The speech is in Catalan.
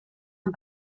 amb